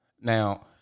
Now